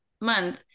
month